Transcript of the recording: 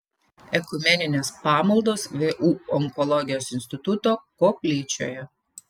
ekumeninės pamaldos vu onkologijos instituto koplyčioje